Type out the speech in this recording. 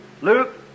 Luke